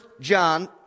John